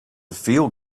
feel